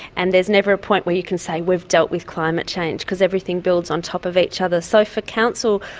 and there's never a point where you can say we've dealt with climate change, because everything builds on top of each other so for council,